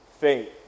faith